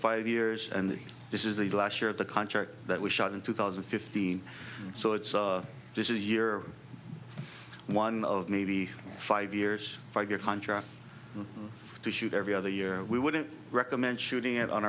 five years and this is the last year of the contract that we shot in two thousand and fifteen so it's this is a year one of maybe five years five year contract to shoot every other year we wouldn't recommend shooting it on